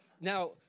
Now